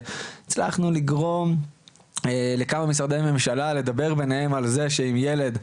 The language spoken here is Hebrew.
שהצלחנו לגרום לכמה משרדי ממשלה לדבר ביניהם על זה שאם ילד,